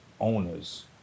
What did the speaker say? owners